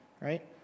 right